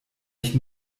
ich